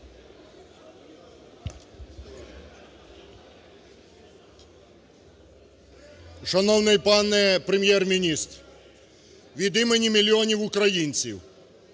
Шановний пане Прем'єр-міністр, від імені мільйонів українців,